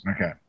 Okay